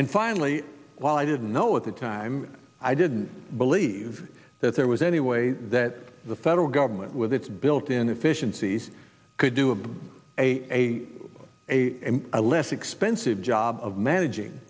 and finally while i didn't know at the time i didn't believe that there was any way that the federal government with its built in efficiencies could do a a a a less expensive job of managing